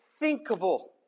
unthinkable